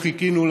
לא חיכינו,